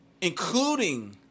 including